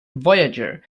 voyager